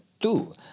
two